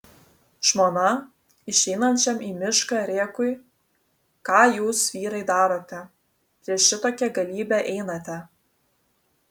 žmona išeinančiam į mišką rėkui ką jūs vyrai darote prieš šitokią galybę einate